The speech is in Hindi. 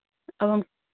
अब हम